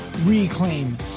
reclaim